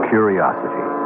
Curiosity